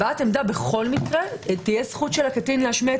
הבעת עמדה בכל מקרה תהיה זכות של הקטין להשמיע את